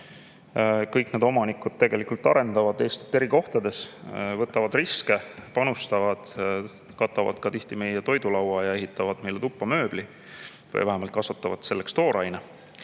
Kõik omanikud tegelikult arendavad Eestit eri kohtades, võtavad riske, panustavad, katavad tihti meie toidulaua ja ehitavad meile tuppa mööbli või vähemalt kasvatavad selleks tooraine.